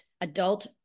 adult